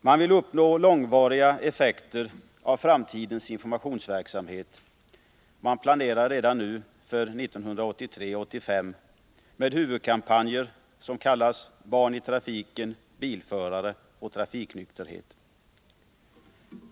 Man vill uppnå långvariga effekter av framtidens informationsverksamhet. Man planerar redan nu för 1983-1985 med huvudkampanjer som kallas Barn i trafiken, Bilförare och Trafiknykterhet.